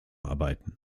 arbeiten